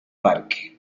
parque